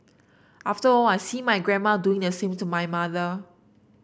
after all I see my grandma doing the same to my mother